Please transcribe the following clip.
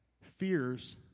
fears